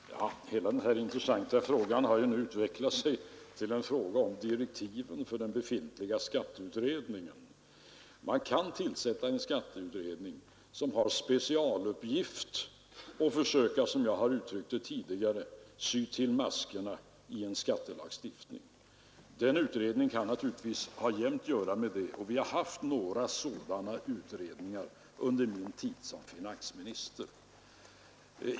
Herr talman! Hela den här intressanta diskussionen har nu utvecklat sig till en fråga om direktiven för den befintliga skatteutredningen. Man kan tillsätta en utredning som har till specialuppgift att försöka, som jag uttryckte det tidigare, sy till maskorna i en skattelagstiftning. Den utredningen kan naturligtvis ha fullt upp att göra med det, och vi har haft några sådana utredningar under min tid som finansminister.